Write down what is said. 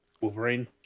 Wolverine